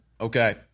Okay